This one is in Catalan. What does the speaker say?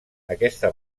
aquesta